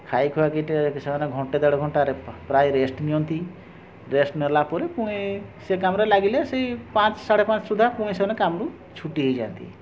ଖାଇଖୁଆକି ଟିକିଏ ସେମାନେ ଘଣ୍ଟେ ଦେଢ଼ ଘଣ୍ଟାରେ ପ୍ରାୟ ରେଷ୍ଟ୍ ନିଅନ୍ତି ରେଷ୍ଟ୍ ନେଲାପରେ ପୁଣି ସେ କାମରେ ଲାଗିଲେ ସେଇ ପାଞ୍ଚ ସାଢ଼େପାଞ୍ଚ ସୁଦ୍ଧା ପୁଣି ସେମାନେ କାମରୁ ଛୁଟି ହେଇଯାନ୍ତି